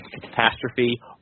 catastrophe